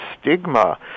stigma